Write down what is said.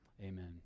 Amen